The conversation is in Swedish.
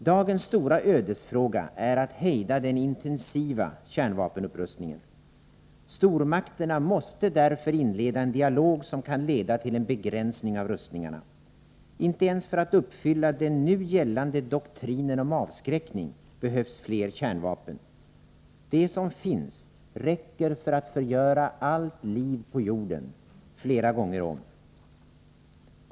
Dagens stora ödesfråga är att hejda den intensiva kärnvapenupprustningen. Stormakterna måste därför inleda en dialog, som kan leda till en begränsning av rustningarna. Inte ens för att uppfylla den nu gällande doktrinen om avskräckning behövs fler kärnvapen. De som finns räcker för att förgöra allt liv på jorden flera gånger om.